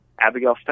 Abigail